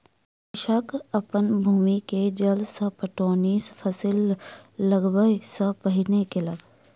कृषक अपन भूमि के जल सॅ पटौनी फसिल लगबअ सॅ पहिने केलक